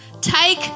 Take